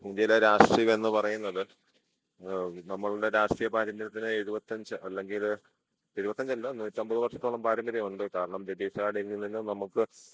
ഇന്ത്യയിലെ രാഷ്ട്രീയമെന്ന് പറയുന്നത് നമ്മളുടെ രാഷ്ട്രീയ പാരമ്പര്യത്തിന് എഴുപത്തി അഞ്ച് അല്ലെങ്കിൽ എഴുപത്തി അഞ്ച് അല്ല നൂറ്റി അമ്പത് വർഷത്തോളം പാരമ്പര്യമുണ്ട് കാരണം ബ്രിട്ടീഷ്കാരുടേതിൽ നിന്നും നമുക്ക്